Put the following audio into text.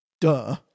duh